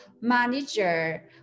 manager